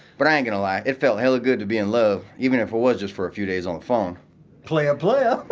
but i ain't gonna lie. it felt hella good to be in love, even if it was just for a few days on the phone playa playa!